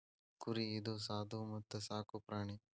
ಕುರಿ ಇದು ಸಾದು ಮತ್ತ ಸಾಕು ಪ್ರಾಣಿ